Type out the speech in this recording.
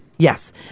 Yes